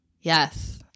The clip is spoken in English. Yes